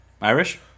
Irish